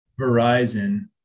Verizon